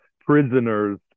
prisoners